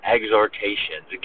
Exhortations